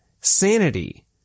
Sanity